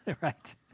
Right